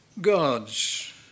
gods